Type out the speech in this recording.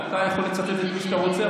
אתה יכול לצטט את מי שאתה רוצה,